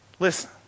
Listen